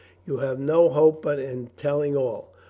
you have no hope but in telling all.